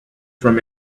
from